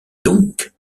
doncques